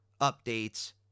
updates